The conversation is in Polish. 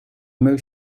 mył